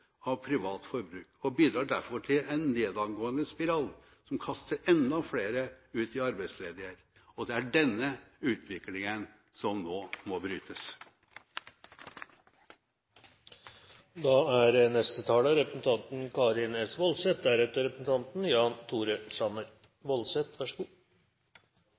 privat forbruk og bidrar derfor til en nedadgående spiral som kaster enda flere ut i arbeidsledighet. Det er denne utviklingen som nå må brytes. Først vil jeg også takke utenriksministeren for en grundig og god redegjørelse. Han setter fokus på temaer som hele Europa er opptatt av for tiden, så